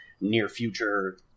near-future